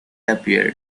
appeared